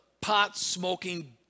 pot-smoking